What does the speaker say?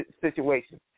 situation